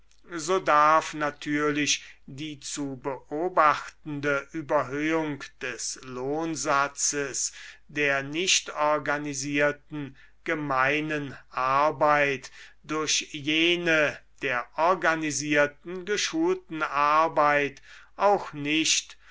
so darf natürlich die zu beobachtende überhöhung des lohnsatzes der nicht organisierten gemeinen arbeit durch jene der organisierten geschulten arbeit auch nicht